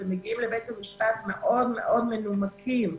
ומגיעים לבית המשפט מאוד מאוד מנומקים.